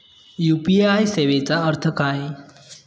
UPI सेवेचा अर्थ काय?